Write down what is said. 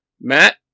Matt